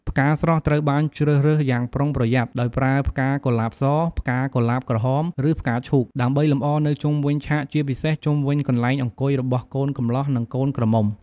ផ្កាស្រស់ត្រូវបានជ្រើសរើសយ៉ាងប្រុងប្រយ័ត្ន ដោយប្រើផ្កាកុលាបស ផ្កាកុលាបក្រហម ឬផ្កាឈូក ដើម្បីលម្អនៅជុំវិញឆាកជាពិសេសជុំវិញកន្លែងអង្គុយរបស់កូនកំលោះនិងកូនក្រមុំ។